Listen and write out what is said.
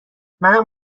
منم